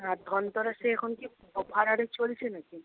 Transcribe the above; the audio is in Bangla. আর ধনতেরাসে এখন কি অফার আরে চলছে না কি